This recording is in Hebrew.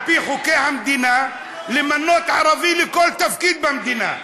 על-פי חוקי המדינה, למנות ערבי לכל תפקיד במדינה.